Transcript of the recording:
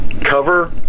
Cover